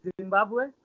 zimbabwe